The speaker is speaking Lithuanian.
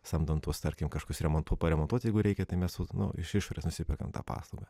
samdom tuos tarkim kažką remonto paremontuot jeigu reikia tai mes vat nu iš išorės nusiperkam tą paslaugą